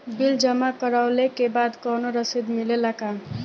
Bill जमा करवले के बाद कौनो रसिद मिले ला का?